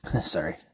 sorry